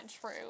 true